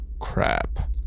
Crap